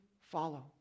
follow